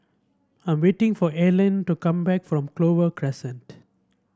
I'm waiting for Allene to come back from Clover Crescent